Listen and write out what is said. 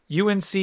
UNC